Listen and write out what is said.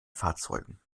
fahrzeugen